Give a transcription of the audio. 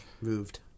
moved